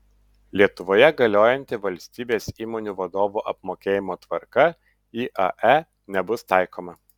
lietuvoje galiojanti valstybės įmonių vadovų apmokėjimo tvarka iae nebus taikoma